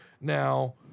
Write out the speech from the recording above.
Now